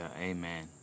amen